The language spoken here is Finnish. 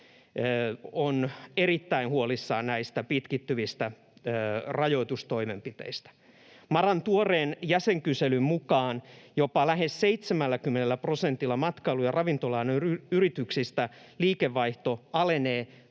on erittäin huolissaan näistä pitkittyvistä rajoitustoimenpiteistä. MaRan tuoreen jäsenkyselyn mukaan jopa lähes 70 prosentilla matkailu- ja ravintola-alan yrityksistä liikevaihto alenee